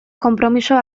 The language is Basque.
konpromiso